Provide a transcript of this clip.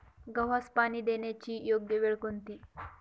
गव्हास पाणी देण्याची योग्य वेळ कोणती?